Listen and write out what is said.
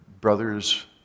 brother's